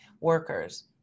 workers